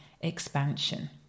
expansion